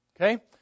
Okay